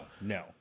no